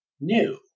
new